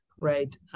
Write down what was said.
right